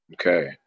Okay